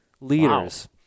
leaders